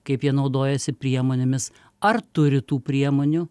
kaip jie naudojasi priemonėmis ar turi tų priemonių